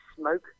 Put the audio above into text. smoke